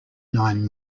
nine